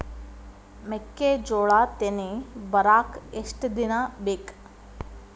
ಮೆಕ್ಕೆಜೋಳಾ ತೆನಿ ಬರಾಕ್ ಎಷ್ಟ ದಿನ ಬೇಕ್?